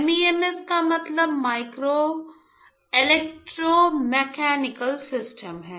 MEMS का मतलब micro electromechanical system है